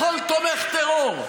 לכל תומך טרור.